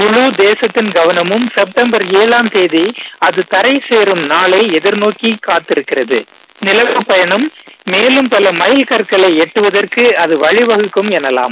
முழு தேசத்தின் கவனழும் செப்டம்பர் ஏழாம் தேதி அது தரை சேரும் நாளை எதிர்நோக்கி காத்திருக்கிறதுட நிலவுப் பயணம் மேலும் பல மைல்கற்களை எட்டுவதற்கு அது வழிவகுக்கும் எனலாம்